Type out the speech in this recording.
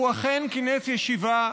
והוא אכן כינס ישיבה.